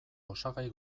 osagai